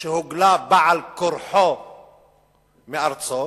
שהוגלה בעל כורחו מארצו,